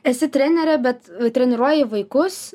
esi trenerė bet treniruoji vaikus